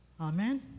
Amen